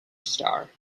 star